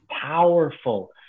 powerful